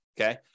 Okay